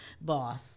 boss